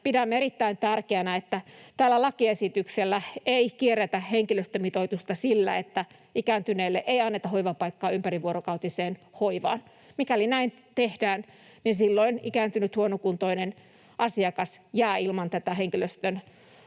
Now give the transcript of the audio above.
pidämme erittäin tärkeänä, että tällä lakiesityksellä ei kierretä henkilöstömitoitusta sillä, että ikääntyneelle ei anneta hoivapaikkaa ympärivuorokautiseen hoivaan. Mikäli näin tehdään, silloin ikääntynyt huonokuntoinen asiakas jää ilman lain